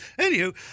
Anywho